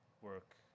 work